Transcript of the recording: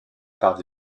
part